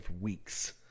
weeks